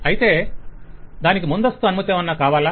అయితే దానికి ముందస్తు అనుమతేమన్నా కావాలా